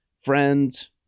friends